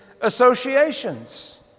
associations